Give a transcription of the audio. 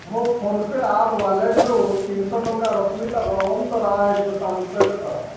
ମୋ PhonePe app ୱାଲେଟ୍ରୁ ତିନିଶହ ଟଙ୍କା ରଶ୍ମିତା ବଳବନ୍ତରାୟଙ୍କୁ ସ୍ଥାନାନ୍ତରିତ କର